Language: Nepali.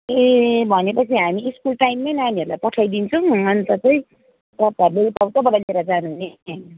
ए भनेपछि हामी स्कुल टाइममै नानीहरूलाई पठाइदिन्छौँ अन्त चाहिँ तपाईँहरूले उतै उतैबाट लिएर जानुहुने